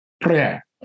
Prayer